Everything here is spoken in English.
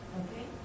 okay